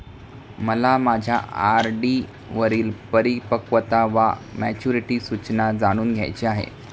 मला माझ्या आर.डी वरील परिपक्वता वा मॅच्युरिटी सूचना जाणून घ्यायची आहे